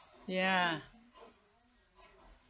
ya